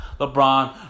LeBron